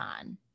on